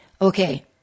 Okay